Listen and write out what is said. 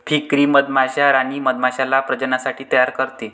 फ्रीकरी मधमाश्या राणी मधमाश्याला प्रजननासाठी तयार करते